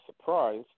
surprise